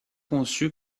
conçue